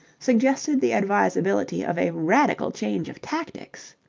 suggested the advisability of a radical change of tactics.